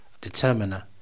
determiner